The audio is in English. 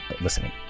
listening